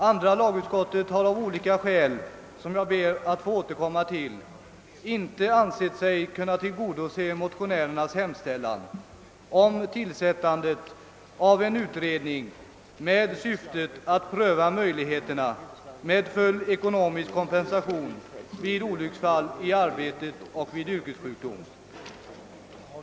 Andra lagutskottet har av skäl, som jag ber att få återkomma till, inte ansett sig kunna tillmötesgå motionärernas hemställan om tillsättande av en utredning med syfte att pröva möjligheterna att nå full ekonomisk kompensation vid olycksfall i arbete och vid yrkessjukdom.